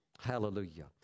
Hallelujah